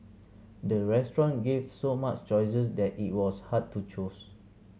the restaurant gave so much choices that it was hard to choose